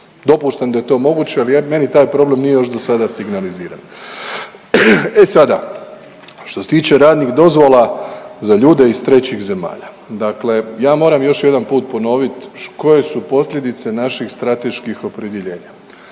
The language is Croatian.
Dopuštam da je to moguće, ali meni taj problem nije još do sada signaliziran. E sada, što se tiče radnih dozvola za ljude iz trećih zemalja. Dakle, ja moram još jedan put ponoviti koje su posljedice naših strateških opredjeljenja.